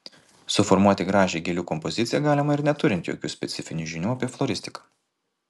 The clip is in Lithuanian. suformuoti gražią gėlių kompoziciją galima ir neturint jokių specifinių žinių apie floristiką